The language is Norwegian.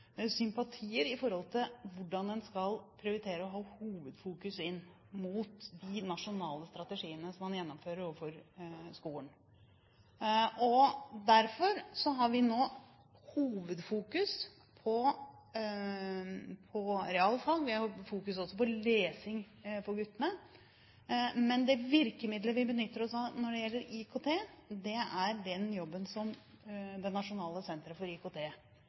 sympatier med hensyn til hvordan en skal prioritere å fokusere mest på de nasjonale strategiene som man gjennomfører i skolen. Derfor fokuserer vi nå mest på realfag. Vi fokuserer også på lesing når det gjelder guttene. Men det virkemiddelet vi benytter oss av når det gjelder IKT, er den jobben som det nasjonale senteret for IKT